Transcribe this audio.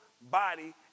body